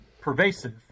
pervasive